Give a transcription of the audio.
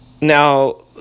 Now